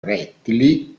rettili